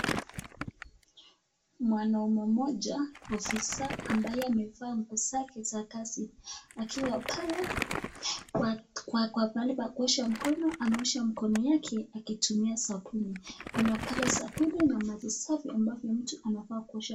Mwanaume mmoja, ofisa ambaye amevaa nguo zake za kazi akiwa pale kwa kwa pale pakoshea mkono, ameosha mkono yake akitumia sabuni. Kuna pale sabuni na maji safi ambavyo mtu anavaa kuosha.